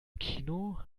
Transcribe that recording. kino